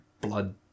blood